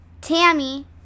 Tammy